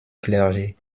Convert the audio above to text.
clergé